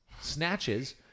snatches